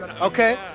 okay